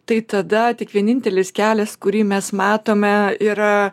tai tada tik vienintelis kelias kurį mes matome yra